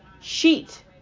sheet